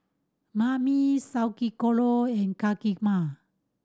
Banh Mi Sauerkraut and Kheema